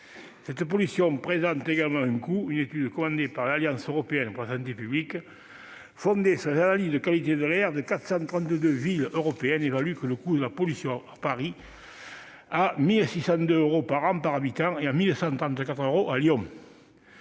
Cette pollution a également un coût : une étude commandée par l'Alliance européenne de santé publique, fondée sur les analyses de la qualité de l'air de 432 villes européennes, évalue le coût de la pollution à 1 602 euros à Paris par an et par habitant, et à 1 134 euros à Lyon.